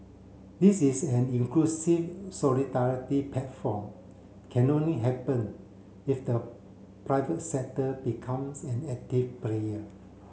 this is an inclusive solidarity platform can only happen if the private sector becomes an active player